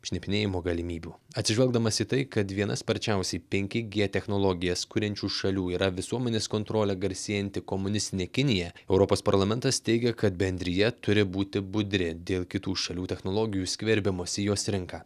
šnipinėjimo galimybių atsižvelgdamas į tai kad viena sparčiausiai penki g technologijas kuriančių šalių yra visuomenės kontrole garsėjanti komunistinė kinija europos parlamentas teigia kad bendrija turi būti budri dėl kitų šalių technologijų skverbimosi į jos rinką